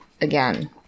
again